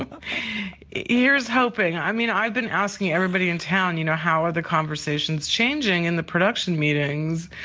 um here's hoping. i mean, i've been asking everybody in town, you know, how are the conversations changing in the production meetings,